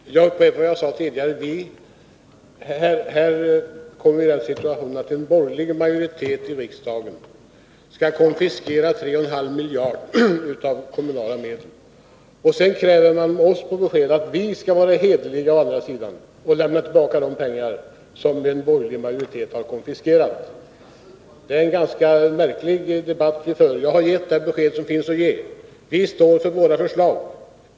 Fru talman! Jag upprepar vad jag sade tidigare: Här har vi den situationen att en borgerlig majoritet i riksdagen skall konfiskera 3,5 miljarder av kommunala medel. Sedan kräver man oss på besked om att vi å andra sidan skall vara hederliga och lämna tillbaka de pengar som en borgerlig majoritet har konfiskerat. Det är en ganska märklig debatt vi för, och jag har gett det besked som finns att ge: Vi står för våra förslag.